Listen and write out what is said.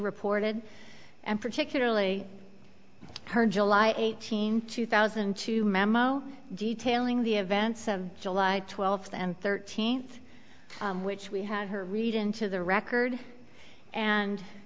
reported and particularly her july eighteenth two thousand and two memo detailing the events of july twelfth and thirteenth which we have her read into the record and